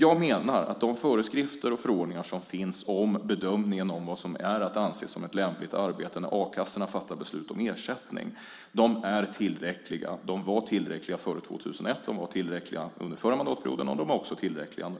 Jag menar att de föreskrifter och förordningar som finns om bedömningen av vad som är att anse som ett lämpligt arbete när a-kassorna fattar beslut om ersättning är tillräckliga. De var tillräckliga före 2001. De var tillräckliga under förra mandatperioden. De är också tillräckliga nu.